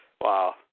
Wow